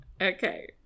Okay